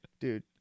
dude